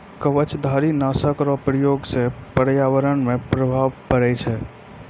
कवचधारी नाशक रो प्रयोग से प्रर्यावरण मे प्रभाव पड़ै छै